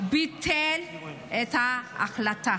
ביטל את ההחלטה